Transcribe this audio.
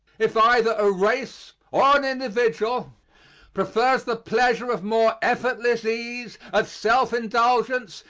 if either a race or an individual prefers the pleasure of more effortless ease, of self-indulgence,